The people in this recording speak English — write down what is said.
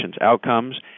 outcomes